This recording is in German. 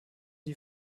die